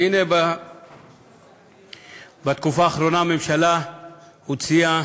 והנה, בתקופה האחרונה הממשלה הוציאה